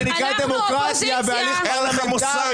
זה נקרא דמוקרטיה בהליך פרלמנטרי.